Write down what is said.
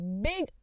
big